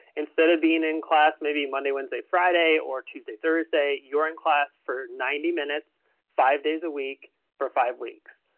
instead of being in class maybe monday, wednesday, friday or tuesday, thursday, you're in class for ninety minutes ss five days a week for five weeks.